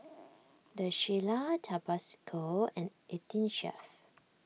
the Shilla Tabasco and eighteen Chef